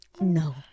no